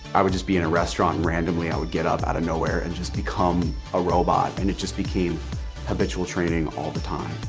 i would just be in a restaurant and randomly i would get up out of nowhere and just become a robot and it just became habitual training all the time.